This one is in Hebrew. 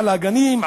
על הגנים,